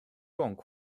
状况